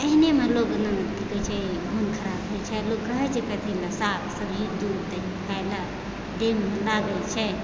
एहनेमे लोक ने कि कहै छै मोन खराब होइ छै लोक कहै छै कथी ले साग सब्जी दूध दही खाइले देहमे लागै छै